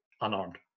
unarmed